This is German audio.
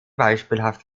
beispielhaft